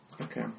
Okay